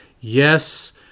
Yes